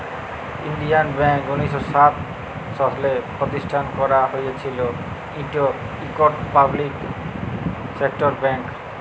ইলডিয়াল ব্যাংক উনিশ শ সাত সালে পরতিষ্ঠাল ক্যারা হঁইয়েছিল, ইট ইকট পাবলিক সেক্টর ব্যাংক